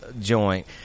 Joint